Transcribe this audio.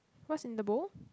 what's in the bowl